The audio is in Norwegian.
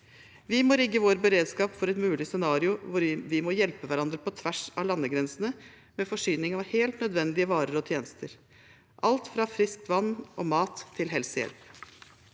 Vi må rigge vår beredskap for et mulig scenario hvor vi må hjelpe hverandre på tvers av landegrensene med forsyning av helt nødvendige varer og tjenester, alt fra friskt vann og mat til helsehjelp.